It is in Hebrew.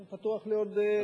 אני פתוח לעוד שאלות,